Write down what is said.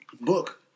book